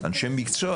אנשי מקצוע,